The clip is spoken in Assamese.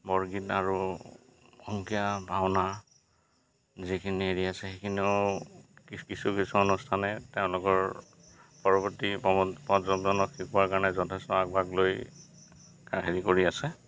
বৰগীত আৰু অংকীয়া ভাওনা যিখিনি হেৰি আছে সেইখিনিও কিছু কিছু অনুষ্ঠানে তেওঁলোকৰ পৰৱৰ্তী প্ৰজন্মক শিকোৱাৰ কাৰণে যথেষ্ট আগভাগ লৈ হেৰি কৰি আছে